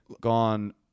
gone